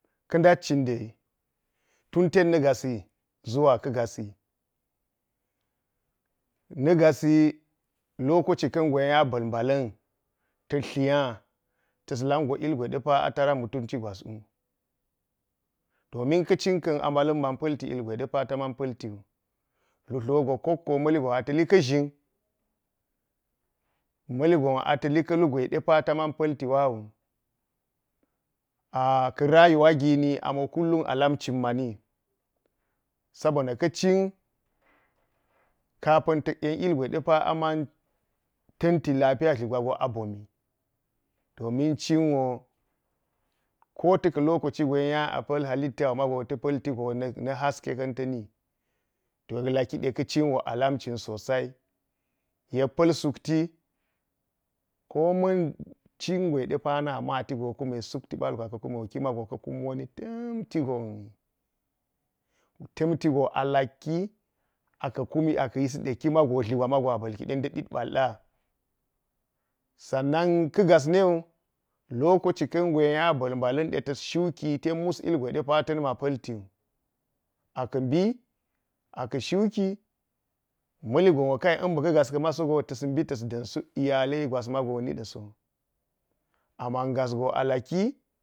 Ka̱ ndat cin dai, tum tet na gasi ʒuwa ka̱ gasi – na̱ gasi lokaci ka̱n gwe nya mbal mbala̱n tas tliya ta̱s lakgo ilgwe de pa a tara mutunci gwas wu. domin ka̱ cin ka̱n a mbala̱n man palti ilgwe de pa ta man palti wu. Lu tlo wugo kokko – ma̱li gon wo ata̱ li ka̱ ʒhin, ma̱li gon ata̱ li ka lu gwe de pa ta man pa̱l ti hwa wu. a ka̱ rayuwa gini a mo kullum a lam cin mani sa bonna ka̱ cin kapa̱n ta̱k yen ilgwe de pa a man tanti lafiya dli, gwa go a bomii damin cin wo ko ta̱ ka̱ lokaci gwe nya apa̱l halitta wu ta̱ pa̱lti go na̱ haske ka̱n tsui to yek laki ɗe ka̱ cin wo alam cin sosai. Yek pa̱l sukti koma̱n cingwe de pa na maati go kume sukti piwugo ki ma̱go aka̱ kum wani ta̱m tigon alalalai kima go aka̱ kumi aka yisi de dli gwak mau a ɓa̱l ki de nda ɗat bal ɗa. Sannan ka̱ ngas nawu lokaci ka̱n gwe nya mbal mbala̱n ta̱s shuki ten mas ilgwe ta̱ na̱ma pa̱lti wu aka̱ mbi aka̱ shuki ma̱hi gonwo kai ummi ka̱ ngos ka̱ sowu ta̱s mbi ta̱s daam suk iyalai gwas mago niɗa̱ so. Ama ngas go alaki.